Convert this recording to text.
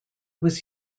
was